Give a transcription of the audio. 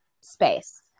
space